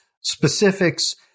specifics